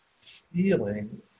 feeling